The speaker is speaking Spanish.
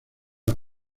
las